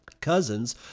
Cousins